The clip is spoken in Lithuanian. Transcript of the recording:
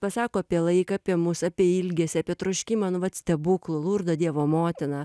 pasako apie laiką apie mus apie ilgesį apie troškimą nu vat stebuklų lurdo dievo motina